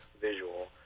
visual